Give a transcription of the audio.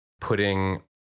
putting